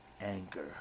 anger